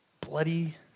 bloody